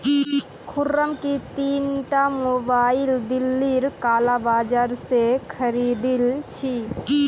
खुर्रम की ती ईटा मोबाइल दिल्लीर काला बाजार स खरीदिल छि